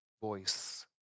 voice